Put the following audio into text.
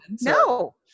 no